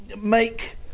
make